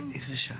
אני מסכים.